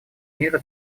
мира